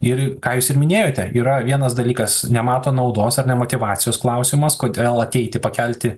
ir ką jūs ir minėjote yra vienas dalykas nemato naudos ar ne motyvacijos klausimas kodėl ateiti pakelti